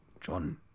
John